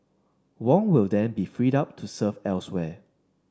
Wong will then be freed up to serve elsewhere